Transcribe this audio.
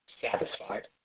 satisfied